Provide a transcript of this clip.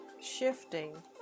shifting